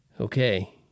Okay